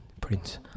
Prince